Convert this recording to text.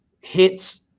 hits